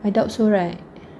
I doubt so right